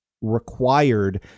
required